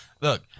look